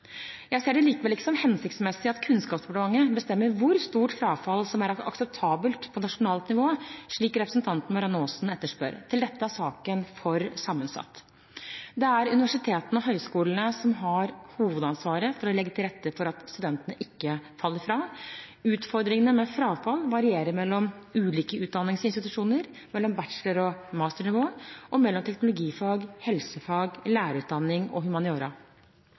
Jeg ser det likevel ikke som hensiktsmessig at Kunnskapsdepartementet bestemmer hvor stort frafall som er akseptabelt på nasjonalt nivå, slik representanten Marianne Aasen etterspør. Til dette er saken for sammensatt. Det er universitetene og høyskolene som har hovedansvaret for å legge til rette for at studentene ikke faller fra. Utfordringene med frafall varierer mellom ulike utdanningsinstitusjoner, mellom bachelor- og masternivå og mellom teknologifag, helsefag, lærerutdanning og